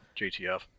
JTF